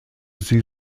sie